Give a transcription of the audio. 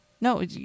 No